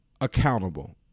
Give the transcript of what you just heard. accountable